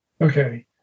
Okay